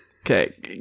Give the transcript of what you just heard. Okay